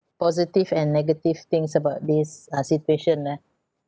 positive and negative things about this uh situation ah